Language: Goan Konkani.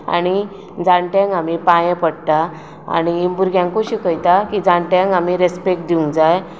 आनी जाण्ट्यांक आमी पांया पडटात आनी भुरग्यांकूय शिकयता की जाण्टयांक आमी रेस्पेद दिवंक जाय